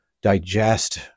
digest